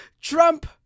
Trump